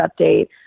update